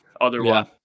otherwise